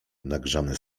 nagrzane